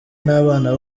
n’abana